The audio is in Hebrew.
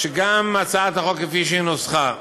שגם הצעת החוק, כפי שהיא נוסחה,